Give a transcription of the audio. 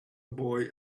boy